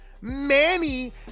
Manny